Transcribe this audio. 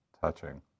touching